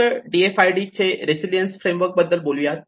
इथे आपण DFID चे रेसिलियन्स फ्रेमवर्क बद्दल बोलू यात